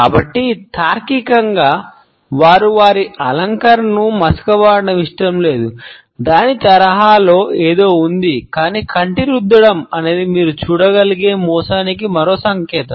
కాబట్టి తార్కికంగా వారు వారి అలంకరణను మసకబారడం ఇష్టం లేదు దాని తరహాలో ఏదో ఉంది కానీ కంటి రుద్దడం అనేది మీరు చూడగలిగే మోసానికి మరో సంకేతం